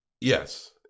Yes